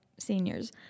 seniors